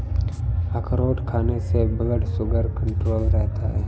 अखरोट खाने से ब्लड शुगर कण्ट्रोल रहता है